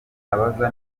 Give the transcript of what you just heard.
abaza